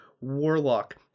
Warlock